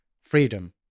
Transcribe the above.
freedom